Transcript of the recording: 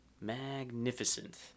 magnificent